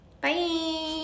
Bye